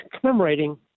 commemorating